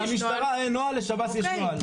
למשטרה אין נוהל, לשב"ס יש נוהל.